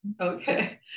Okay